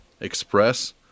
Express